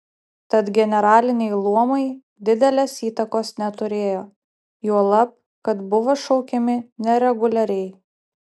tad generaliniai luomai didelės įtakos neturėjo juolab kad buvo šaukiami nereguliariai